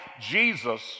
Jesus